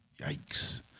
Yikes